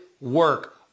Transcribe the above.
work